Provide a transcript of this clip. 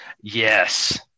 Yes